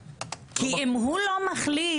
כי אם הוא לא מחליט,